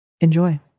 Enjoy